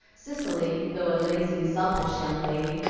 cicely, though a lazy, selfish young lady,